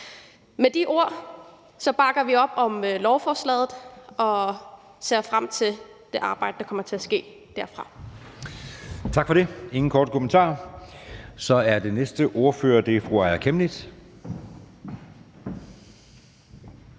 Med de ord bakker vi op om lovforslaget og ser frem til det arbejde, der kommer til at ske herfra.